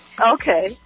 Okay